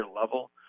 level